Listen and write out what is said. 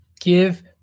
Give